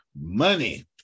Money